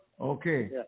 Okay